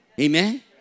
Amen